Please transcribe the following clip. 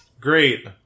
Great